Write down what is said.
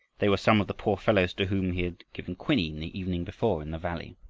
they were some of the poor fellows to whom he had given quinine the evening before in the valley.